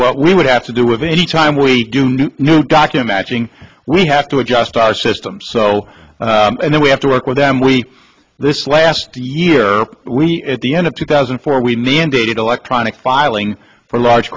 what we would have to do with any time we do need new document we have to adjust our systems so and then we have to work with them we this last year we at the end of two thousand and four we mandated electronic filing for large